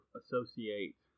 associate